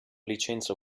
licenza